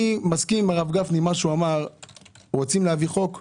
לכן אני מסכים עם הרב גפני אם רוצים להביא הצעת חוק,